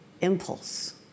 impulse